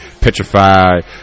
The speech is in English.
Petrified